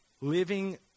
Living